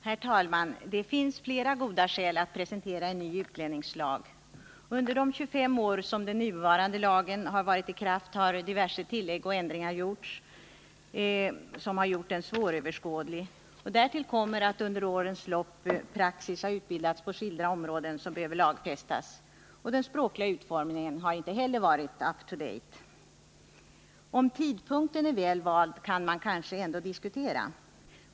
Herr talman! Det finns flera goda skäl att presentera en ny utlänningslag. Under de 25 år som den nuvarande lagen varit i kraft har diverse tillägg och ändringar gjort den svåröverskådlig. Därtill kommer att under årens lopp praxis har utbildats på skilda områden som behöver lagfästas. Den språkliga utformningen är inte heller up to date. Om tidpunkten är väl vald kan kanske diskuteras.